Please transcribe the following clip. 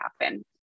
happen